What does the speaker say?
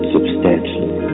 Substantially